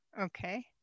Okay